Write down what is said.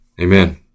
Amen